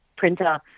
printer